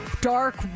dark